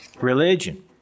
religion